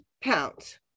pounds